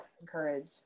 encourage